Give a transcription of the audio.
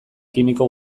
kimiko